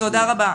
תודה רבה.